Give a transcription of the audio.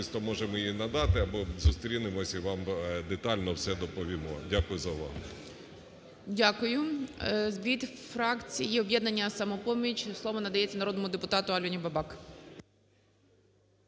можемо її надати, або зустрінемося і вам детально все доповімо. Дякую за увагу. ГОЛОВУЮЧИЙ. Дякую. Від фракції "Об'єднання "Самопоміч" слово надається народному депутату Альоні Бабак.